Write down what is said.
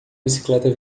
bicicleta